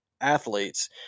athletes